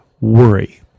worry